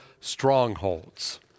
strongholds